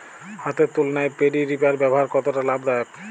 হাতের তুলনায় paddy reaper ব্যবহার কতটা লাভদায়ক?